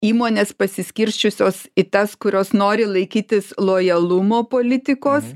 įmonės pasiskirsčiusios į tas kurios nori laikytis lojalumo politikos